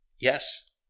Yes